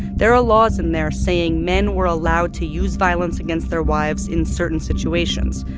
there are laws in there saying men were allowed to use violence against their wives in certain situations.